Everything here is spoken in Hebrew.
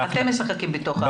אתם משחקים בזה.